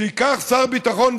שייקח שר ביטחון,